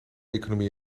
economie